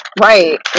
right